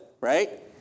right